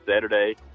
Saturday